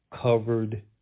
covered